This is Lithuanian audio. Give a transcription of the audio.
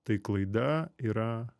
tai klaida yra